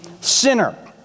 sinner